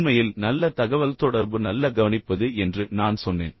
உண்மையில் நல்ல தகவல்தொடர்பு நல்ல கவனிப்பது என்று நான் சொன்னேன்